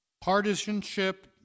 Partisanship